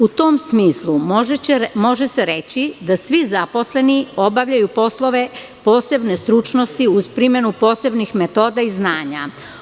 U tom smislu može se reći da svi zaposleni obavljaju poslove posebne stručnosti, uz primenu posebnih metoda iznanja.